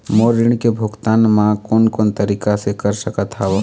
मोर ऋण के भुगतान म कोन कोन तरीका से कर सकत हव?